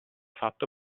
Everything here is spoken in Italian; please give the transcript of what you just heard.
fatto